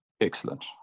excellent